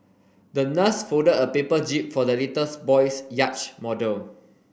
the nurse folded a paper jib for the little boy's yacht model